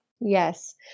Yes